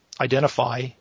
identify